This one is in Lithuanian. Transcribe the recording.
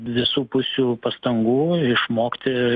visų pusių pastangų išmokti